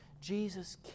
Jesus